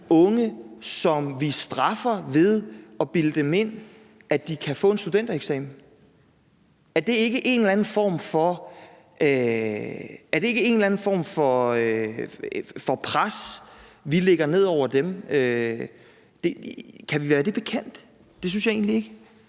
unge, som vi straffer ved at bilde dem ind, at de kan få en studentereksamen. Er det ikke en eller anden form for pres, vi lægger ned over dem? Kan vi være det bekendt? Det synes jeg egentlig ikke.